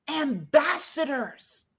ambassadors